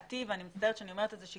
ואני מצטערת שאני אומרת את זה אחרי שהיא